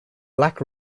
black